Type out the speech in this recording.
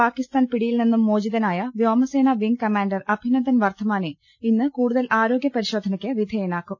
പാക്കിസ്ഥാൻ പിടിയിൽ നിന്നും മോചിതനായു വ്യോമസേന വിംഗ് കമാന്റർ അഭിനന്ദൻ വർദ്ധമാണി ഇന്ന് കൂടുതൽ ആരോഗൃപരിശോധനക്ക് വിധേയനാക്കും